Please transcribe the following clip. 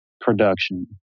production